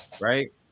right